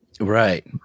Right